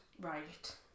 Right